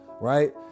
right